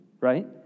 right